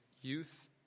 youth